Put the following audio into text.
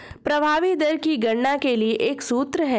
प्रभावी दर की गणना के लिए एक सूत्र है